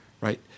right